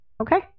Okay